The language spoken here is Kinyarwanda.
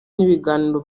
n’ibiganiro